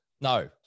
No